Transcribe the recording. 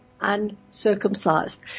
uncircumcised